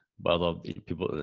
both of the people.